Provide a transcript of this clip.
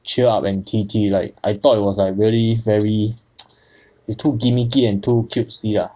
cheer up and TT like I thought it was like really very is too gimmicky and too cutesy lah